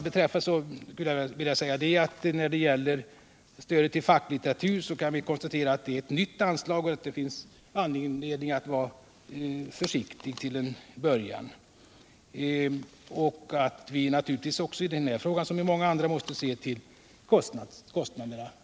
Beträffande stödet till facklitteratur kan konstateras att det är ett nytt anslag och att det finns anledning att vara försiktig till en början. I den här frågan liksom i så många andra måste vi naturligtvis se till kostnaderna.